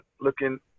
looking